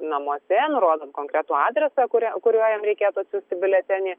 namuose nurodant konkretų adresą kuriuo kuriuo jam reikėtų atsiųsti biuletenį